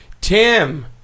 Tim